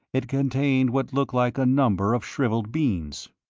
it contained what looked like a number of shrivelled beans.